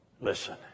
Listen